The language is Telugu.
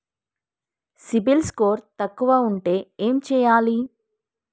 సిబిల్ స్కోరు తక్కువ ఉంటే ఏం చేయాలి?